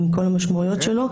עם כל המשמעויות שלו,